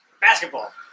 basketball